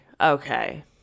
okay